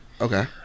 Okay